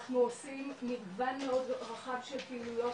אנחנו עושים מגוון מאוד רחב של פעילויות